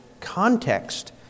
context